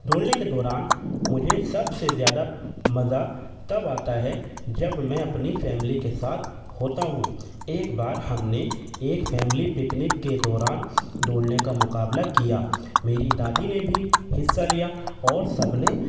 دوڑنے کے دوران مجھے سب سے زیادہ مزہ تب آتا ہے جب میں اپنی فیملی کے ساتھ ہوتا ہوں ایک بار ہم نے ایک فیملی پکنک کے دوران دوڑنے کا مقابلہ کیا میری دادی نے بھی حصہ لیا اور سب نے